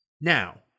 Now